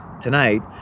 tonight